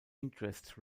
interests